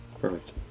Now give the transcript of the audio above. Perfect